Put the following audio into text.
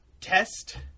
test